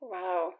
Wow